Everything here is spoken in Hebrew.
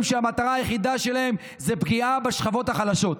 שהמטרה היחידה שלהם זה פגיעה בשכבות החלשות.